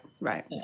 Right